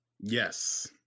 Yes